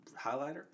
highlighter